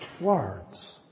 words